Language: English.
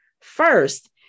first